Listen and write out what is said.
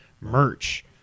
merch